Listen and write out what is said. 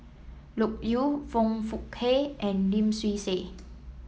Loke Yew Foong Fook Kay and Lim Swee Say